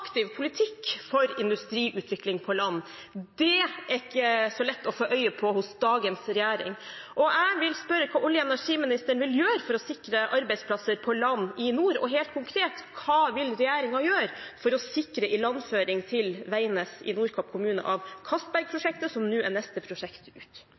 politikk for industriutvikling på land. Det er det ikke så lett å få øye på hos dagens regjering. Jeg vil spørre hva olje- og energiministeren vil gjøre for å sikre arbeidsplasser på land i nord, og helt konkret hva regjeringen vil gjøre for å sikre ilandføring til Veidnes i Nordkapp kommune fra Johan Castberg-prosjektet, som er neste prosjekt ut.